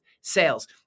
sales